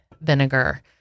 vinegar